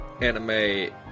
anime